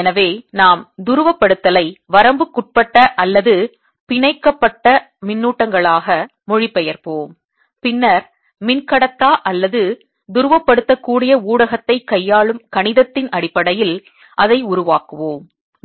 எனவே நாம் துருவப்படுத்தலை வரம்புக்குட்பட்ட அல்லது பிணைக்கப்பட்ட மின்னூட்டங்களாக மொழிபெயர்ப்போம் பின்னர் மின்கடத்தா அல்லது துருவப்படுத்தக்கூடிய ஊடகத்தை கையாளும் கணிதத்தின் அடிப்படையில் அதை உருவாக்குவோம்